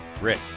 Rick